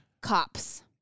cops